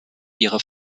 ihre